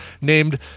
named